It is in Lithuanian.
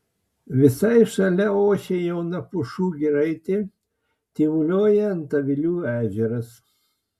visai šalia ošia jauna pušų giraitė tyvuliuoja antavilių ežeras